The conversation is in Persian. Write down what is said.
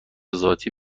ذاتی